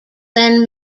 then